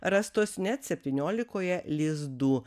rastos net septyniolikoje lizdų